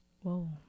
Whoa